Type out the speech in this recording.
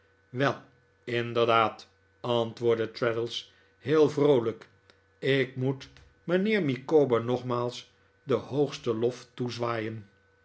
wel inderdaad antwoordde traddles heel vroolijk ik moet mijnheer micawber nogmaals den hoogsten lof toezwaaien